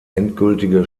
endgültige